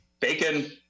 bacon